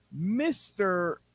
mr